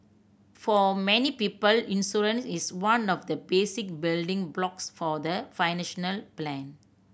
for many people insurance is one of the basic building blocks for the financial plan